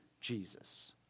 Jesus